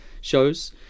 shows